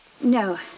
No